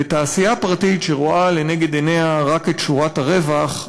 ותעשייה פרטית שרואה לנגד עיניה רק את שורת הרווח,